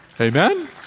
Amen